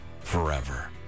forever